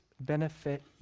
benefit